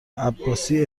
عباسی